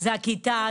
זו הכיתה,